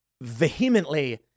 vehemently